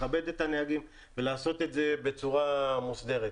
לכבד את הנהגים ולעשות את זה בצורה מוסדרת.